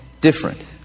different